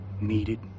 needed